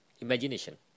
imagination